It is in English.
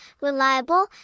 reliable